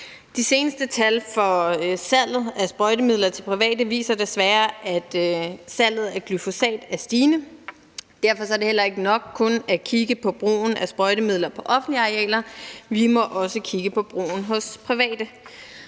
De seneste tal for salget af sprøjtemidler til private viser desværre, at salget af glyfosat er stigende. Derfor er det heller ikke nok kun at kigge på brugen af sprøjtemidler på offentlige arealer. Vi må også kigge på brugen hos private.